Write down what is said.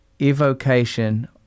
evocation